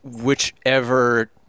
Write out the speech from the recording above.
whichever